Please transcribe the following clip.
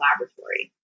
laboratory